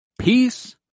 peace